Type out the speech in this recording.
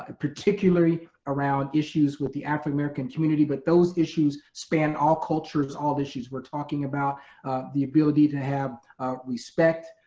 ah particularly around issues with the african american community but those issues span all cultures, all the issues we're talking about the ability to have respect,